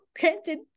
granted